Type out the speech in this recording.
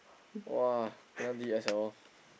!wah! kena ah